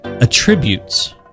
Attributes